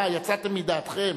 מה, יצאתם מדעתכם?